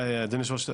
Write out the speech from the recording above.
אדוני יושב- הראש,